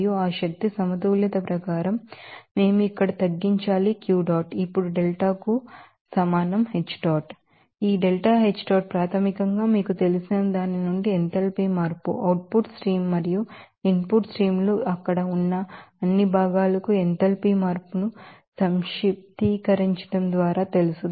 మరియు ఆ శక్తి సమతుల్యత ప్రకారం మేము ఇక్కడ తగ్గించాలి Q dot ఇప్పుడు delta కు సమానం H dot ఈ delta H dot ప్రాథమికంగా మీకు తెలిసిన దాని నుండి ఎంథాల్పీ మార్పు అవుట్ పుట్ స్ట్రీమ్ మరియు ఇన్పుట్ స్ట్రీమ్ లు అక్కడ ఉన్న అన్ని భాగాలకు ఎంథాల్పీ మార్పును సంక్షిప్తీకరించడం ద్వారా తెలుసు